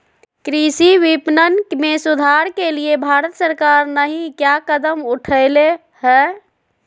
कृषि विपणन में सुधार के लिए भारत सरकार नहीं क्या कदम उठैले हैय?